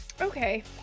Okay